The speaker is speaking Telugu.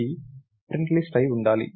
ఇది ప్రింట్లిస్ట్ అయి ఉండాలి